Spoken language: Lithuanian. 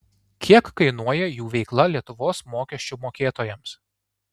kiek kainuoja jų veikla lietuvos mokesčių mokėtojams